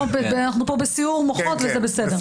אנחנו פה בסיעור מוחות וזה בסדר.